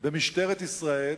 במשטרת ישראל